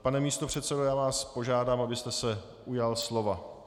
Pane místopředsedo, já vás požádám, abyste se ujal slova.